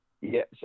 Yes